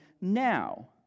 now